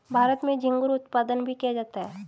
भारत में झींगुर उत्पादन भी किया जाता है